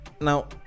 now